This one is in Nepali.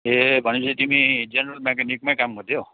ए भनेपछि तिमी जेनरल मेक्यानिकमै काम गर्थ्यौ